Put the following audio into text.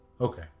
okay